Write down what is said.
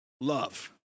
Love